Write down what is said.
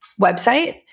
website